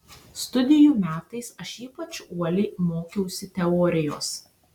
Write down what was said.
studijų metais aš ypač uoliai mokiausi teorijos